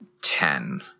Ten